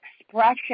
expression